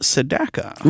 Sedaka